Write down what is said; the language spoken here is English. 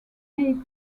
make